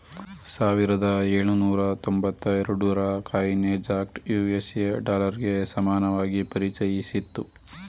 ಸಾವಿರದ ಎಳುನೂರ ತೊಂಬತ್ತ ಎರಡುರ ಕಾಯಿನೇಜ್ ಆಕ್ಟ್ ಯು.ಎಸ್.ಎ ಡಾಲರ್ಗೆ ಸಮಾನವಾಗಿ ಪರಿಚಯಿಸಿತ್ತು